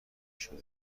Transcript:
شده